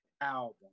album